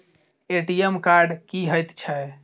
ATM card की हएत छै?